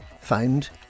found